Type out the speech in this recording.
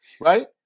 right